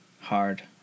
hard